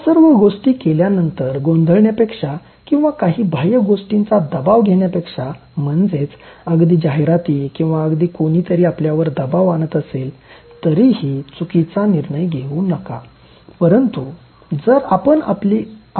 या सर्व गोष्टी केल्यानंतर गोंधळण्यापेक्षा किंवा काही बाह्यगोष्टीचा दबाव घेण्यापेक्षा म्हणजेच अगदी जाहिराती किंवा अगदी कोणीतरी आपल्यावर दबाव आणत असेल तरीही चुकीचा निर्णय घेवू नका